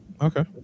Okay